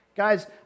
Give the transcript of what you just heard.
Guys